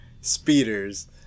speeders